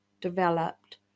developed